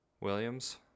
Williams